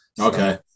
okay